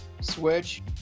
switch